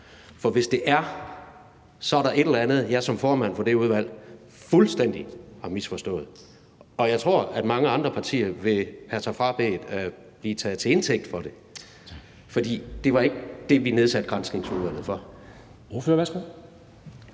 For hvis det er det, er der et eller andet, jeg som formand for det udvalg fuldstændig har misforstået, og jeg tror, at mange andre partier vil have sig frabedt at blive taget til indtægt for det, for det var ikke det, vi nedsatte Granskningsudvalget for.